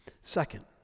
Second